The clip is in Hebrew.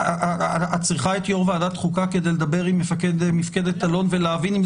את צריכה את יו"ר ועדת החוקה כדי לדבר עם מפקד מפקדת אלון ולהבין?